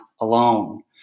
alone